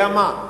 אתה יודע מה,